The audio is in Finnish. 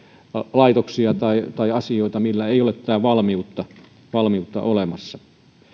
laitoksia tai tai asioita joilla ei ole tätä valmiutta valmiutta olemassa